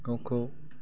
गावखौ